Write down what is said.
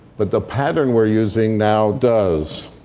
but the pattern we're using now does.